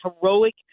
heroic